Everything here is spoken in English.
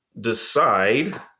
decide